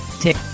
Tick